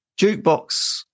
Jukebox